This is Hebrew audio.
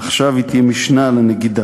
עכשיו היא תהיה משנָה לנגידה.